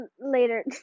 later